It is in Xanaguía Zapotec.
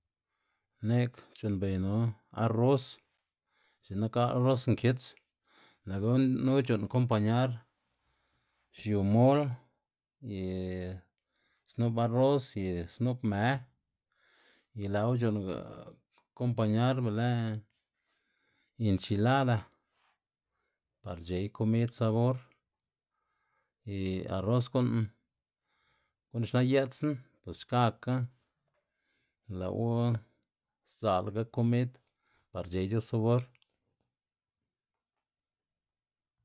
Ne'g c̲h̲u'nnbeynu arros c̲h̲ik nak arros nkits lë' gunu c̲h̲u'n compañar xiu mol y snup arros y snu'p më y lë'wu c̲h̲u'nga kompañar belë inchilada par c̲h̲ey komid sabor y arros gu'n xna yë'tsna bos xkaka lë'wu sdza'laga komid par c̲h̲ewu sabor.